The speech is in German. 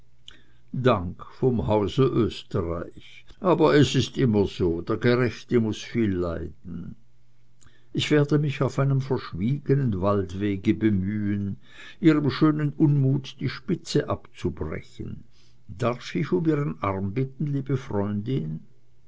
dank vom hause österreich aber es ist immer so der gerechte muß viel leiden ich werde mich auf einem verschwiegenen waldwege bemühen ihrem schönen unmut die spitze abzubrechen darf ich um ihren arm bitten liebe freundin